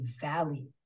valley